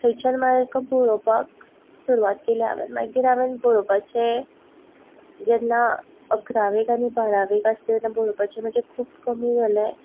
थंयच्यान मागीर बरोवपाक सुरवात केल्या हांवें मागीर हांवें बरोवपाचें जेन्ना अकरावेक आनी बारावेक आसलें तेन्ना म्हजें बरोवपाचें खूब कमी जालें